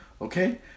okay